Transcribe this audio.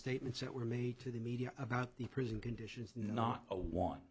statements that were made to the media about the prison conditions not a one